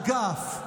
אגף,